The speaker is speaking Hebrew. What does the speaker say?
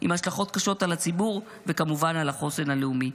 עם השלכות קשות על הציבור וכמובן על החוסן הלאומי.